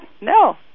No